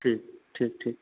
ठीक ठीक ठीक